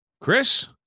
Chris